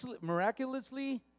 Miraculously